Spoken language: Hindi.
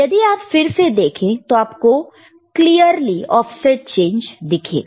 यदि आप फिर से देखें तो आपको क्लीयरली ऑफसेट चेंज दिखेगा